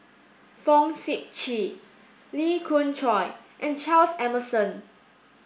Fong Sip Chee Lee Khoon Choy and Charles Emmerson